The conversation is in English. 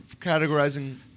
categorizing